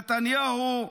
נתניהו,